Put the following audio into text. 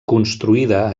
construïda